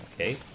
okay